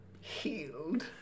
healed